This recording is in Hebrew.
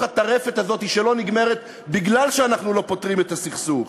הטרפת הזאת שלא נגמרת מפני שאנחנו לא פותרים את הסכסוך.